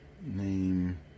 name